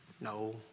No